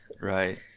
right